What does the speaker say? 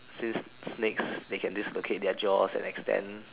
since snakes they can dislocate their jaws and extend